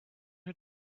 who